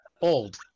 Old